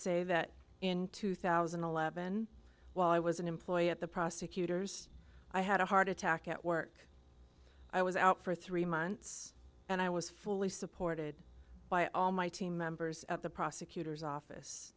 say that in two thousand and eleven while i was an employee at the prosecutors i had a heart attack at work i was out for three months and i was fully supported by all my team members of the prosecutor's office